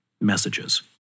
messages